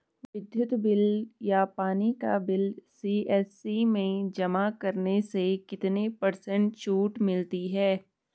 विद्युत बिल या पानी का बिल सी.एस.सी में जमा करने से कितने पर्सेंट छूट मिलती है?